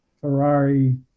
Ferrari